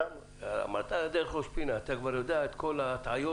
אתה כבר יודע את הכול?